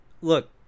look